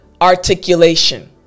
articulation